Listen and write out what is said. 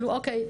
אוקיי,